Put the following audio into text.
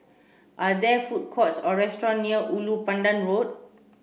are there food courts or restaurant near Ulu Pandan Road